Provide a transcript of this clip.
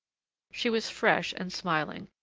she was fresh and smiling,